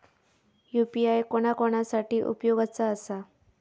UPI कोणा कोणा साठी उपयोगाचा आसा?